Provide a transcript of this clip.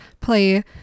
play